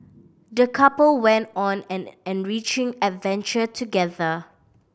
the couple went on an enriching adventure together